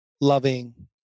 loving